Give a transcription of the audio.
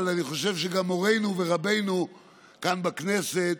אבל אני חושב שגם מורנו ורבנו כאן בכנסת,